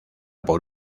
por